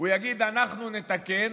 ויגיד: אנחנו נתקן,